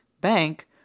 bank